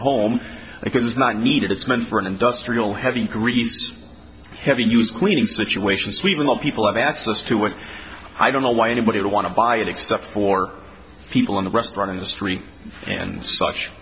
home because it's not needed it's meant for an industrial heavy grease heavy use cleaning situation sweeping up people have access to it i don't know why anybody would want to buy it except for people in the restaurant industry and such